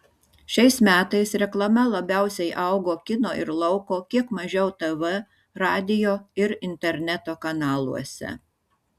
šiais metais reklama labiausiai augo kino ir lauko kiek mažiau tv radijo ir interneto kanaluose